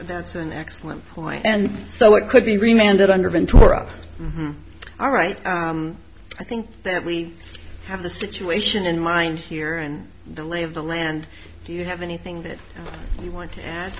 that's an excellent point and so it could be reminded under been torah all right i think that we have the situation in mind here and the lay of the land do you have anything that you want to